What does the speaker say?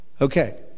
okay